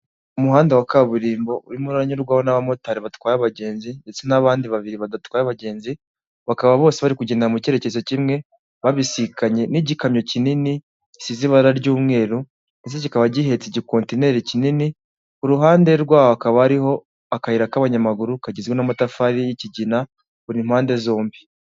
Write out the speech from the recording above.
Umuhanda wa kaburimbo urimo uranyurwaho n'abamotari batwara abagenzi ndetse n'abandi babiri badatwaye abagenzi, bakaba bose bari kugendera mu cyerekezo kimwe, babisikanye n'igikamyo kinini, gisize ibara ry'umweru, ndetse kikaba gihehetse igikontineri kinini, ku uruhande rwaho hakaba hariho akayira k'abanyamaguru kagizwe n'amatafari y'ikigina buri mpande zombi.